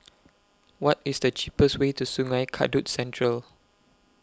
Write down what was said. What IS The cheapest Way to Sungei Kadut Central